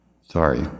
Sorry